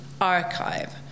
archive